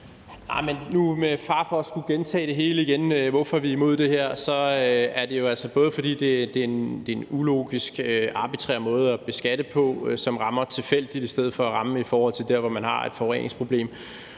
Med fare for at skulle gentage det hele om, hvorfor vi er imod det her, er det jo altså både, fordi det er en ulogisk, arbitrær måde at beskatte på, som rammer tilfældigt i stedet for at ramme i forhold til der, hvor man har et forureningsproblem,